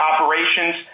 operations